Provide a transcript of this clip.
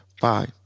bye